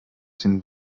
den